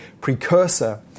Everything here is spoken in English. precursor